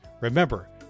remember